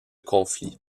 conflit